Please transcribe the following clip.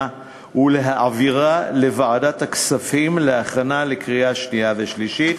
ולהעבירה לוועדת הכספים להכנה לקריאה שנייה ושלישית.